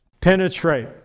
penetrate